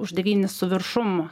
už devynis su viršum